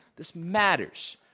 this matters.